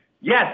Yes